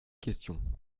question